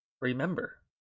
Remember